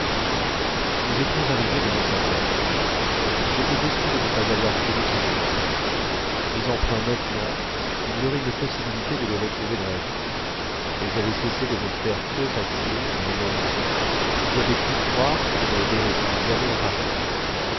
nous étions arrivés devant sa porte j'étais déçu de ne pas avoir connu ces jeunes filles mais enfin maintenant il y aurait une possibilité de les retrouver dans la vie elles avaient cessé de ne faire que passer à un horizon où j'avais pu croire que je ne les verrais plus jamais apparaître